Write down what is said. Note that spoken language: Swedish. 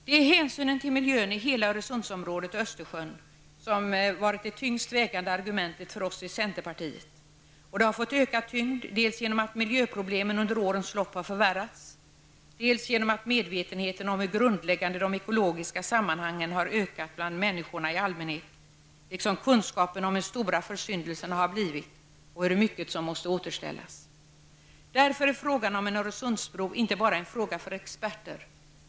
Det är hänsynen till miljön i hela Öresundsområdet och Östersjön som har varit det tyngst vägande argumentet för oss i centerpartiet, och detta argument har fått ökad tyngd dels genom att miljöproblemen under årens lopp har förvärrats, dels genom att medvetenheten om de grundläggande ekologiska sammanhangen har ökat bland människor i allmänhet liksom kunskaperna om hur stora försyndelserna har blivit och hur mycket som måste återställas. Frågan om en Öresundsbro är därför inte bara en fråga för experter.